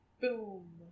Boom